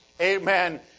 amen